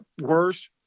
worse